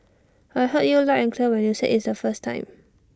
I heard you loud and clear when you said IT the first time